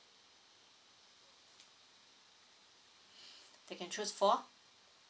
they can choose for